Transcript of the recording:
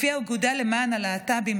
לפי האגודה למען הלהט"בים,